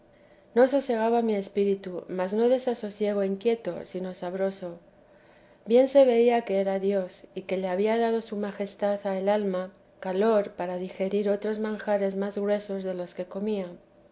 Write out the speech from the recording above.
no sosegaba mi espíritu mas no desasosiego inquieto sino sabroso bien se veía que era dios y que le había dado su majestad al alma calor para digerir otros manjares más gruesos de los que comía